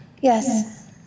Yes